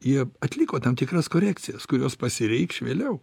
jie atliko tam tikras korekcijas kurios pasireikš vėliau